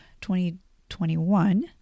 2021